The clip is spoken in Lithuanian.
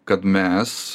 kad mes